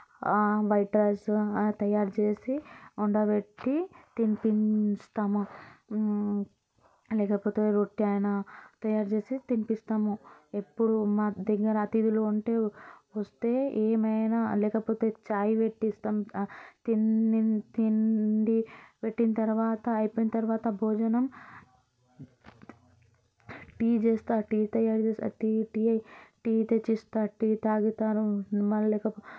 బయట స తయారుచేసి వండబెట్టి తినిపిస్తాము లేకపోతే రొట్టె అయినా తయారుచేసి తినిపిస్తాము ఎప్పుడు మాకు దగ్గర అతిథులు ఉంటే వస్తే ఏమైనా లేకపోతే చాయ్ పెట్టి ఇస్తాం తిన్ని తిండి పెట్టిన తర్వాత అయిపోయిన తర్వాత భోజనం టీ చేస్తాను టీ తయారు చేస్తా టీ టీ టీ తెచ్చిస్తా టీ తాగుతారు మళ్ళీ లేకపోతే